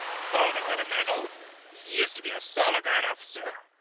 father got a medal used to be a solar guard officer?